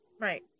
Right